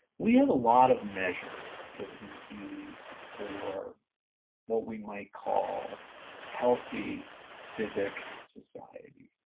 we have a lot of measures that we use for what we might call healthy civic society